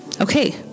okay